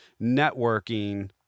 networking